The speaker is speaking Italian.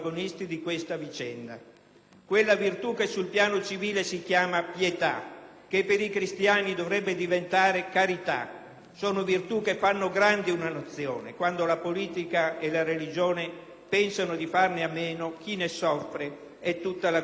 quella virtù che sul piano civile si chiama pietà, che per i cristiani dovrebbe diventare carità. Sono virtù che fanno grandi una Nazione. Quando la politica e la religione pensano di farne a meno chi ne soffre è tutta la comunità nazionale.